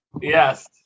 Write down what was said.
Yes